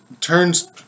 turns